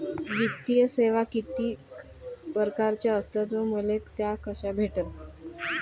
वित्तीय सेवा कितीक परकारच्या असतात व मले त्या कशा भेटन?